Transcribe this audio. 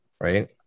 right